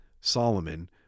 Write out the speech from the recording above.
solomon